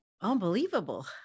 unbelievable